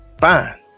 fine